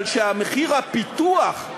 אבל כשמחיר הפיתוח,